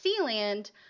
Sealand